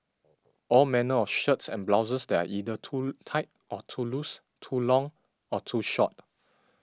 all manner of shirts and blouses that are either too tight or too loose too long or too short